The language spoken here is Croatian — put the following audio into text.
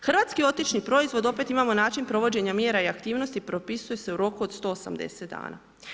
Hrvatski otočni proizvod opet imamo način provođenja mjera i aktivnosti propisuje se u roku od 180 dana.